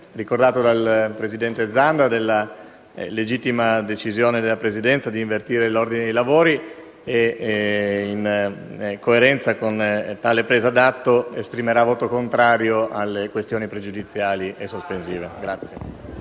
ricordato dal presidente Zanda - della legittima decisione della Presidenza di invertire l'ordine dei lavori e, in coerenza con tale presa d'atto, esprimerà voto contrario sulle questioni pregiudiziali e sospensive. VOCE